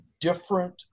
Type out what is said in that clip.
different